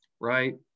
right